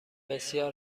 بسیار